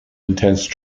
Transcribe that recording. intense